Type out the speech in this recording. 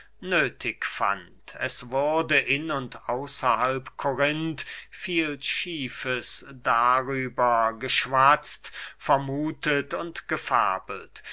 nöthig fand es wurde in und außerhalb korinth viel schiefes darüber geschwatzt vermuthet und gefabelt